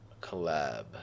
collab